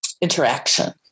interaction